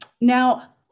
Now